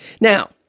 Now